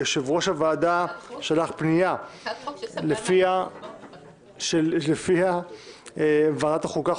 יושב-ראש הוועדה שלח פנייה לפיה ועדת החוקה,